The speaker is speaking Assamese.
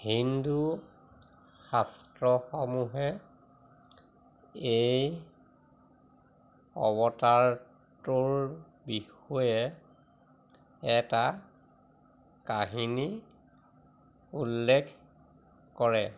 হিন্দু শাস্ত্ৰসমূহে এই অৱতাৰটোৰ বিষয়ে এটা কাহিনী উল্লেখ কৰে